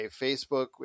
facebook